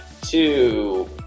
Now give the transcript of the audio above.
two